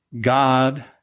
God